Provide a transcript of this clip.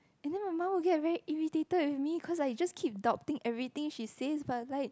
and then my mum will get very irritated with me because I just keep doubting everything she say but like